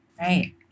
Right